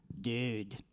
Dude